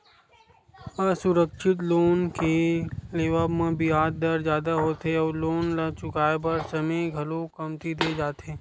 असुरक्छित लोन के लेवब म बियाज दर जादा होथे अउ लोन ल चुकाए बर समे घलो कमती दे जाथे